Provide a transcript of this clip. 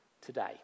today